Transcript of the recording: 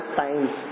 times